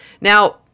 Now